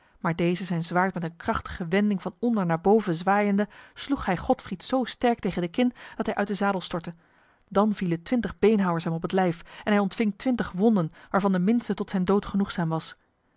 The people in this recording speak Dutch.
maar deze zijn zwaard met een krachtige wending van onder naar boven zwaaiende sloeg hij godfried zo sterk tegen de kin dat hij uit de zadel stortte dan vielen twintig beenhouwers hem op het lijf en hij ontving twintig wonden waarvan de minste tot zijn dood genoegzaam was